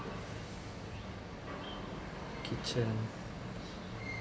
kitchen